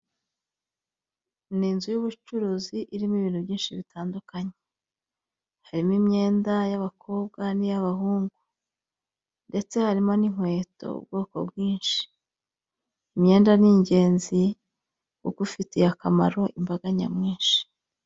Ni inzu y'ubucuruzi irimo ibintu byinshi bitandukanye. Harimo imyenda y'abakobwa n'iy'abahungu. Ndetse harimo n'inkweto, ubwoko bwinshi. Imyenda ni ingenzi, kuko ufitiye akamaro imbaga nyamwinshi.